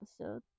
episode